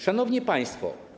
Szanowni Państwo!